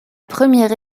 première